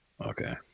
Okay